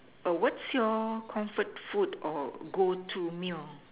err what's your comfort food or go to meal